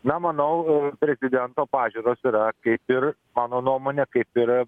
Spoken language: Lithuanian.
na manau prezidento pažiūros yra kaip ir mano nuomone kaip ir